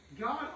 God